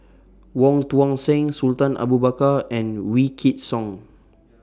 Wong Tuang Seng Sultan Abu Bakar and Wykidd Song